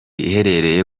iherereye